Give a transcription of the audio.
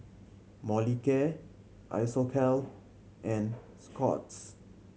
Molicare Isocal and Scott's